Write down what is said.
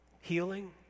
healing